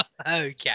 Okay